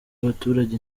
abaturage